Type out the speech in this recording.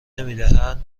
نمیدهند